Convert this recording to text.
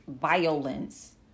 violence